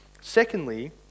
Secondly